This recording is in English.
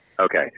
Okay